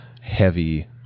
heavy